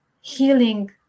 healing